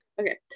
okay